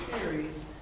series